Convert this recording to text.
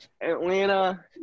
Atlanta